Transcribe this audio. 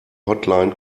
hotline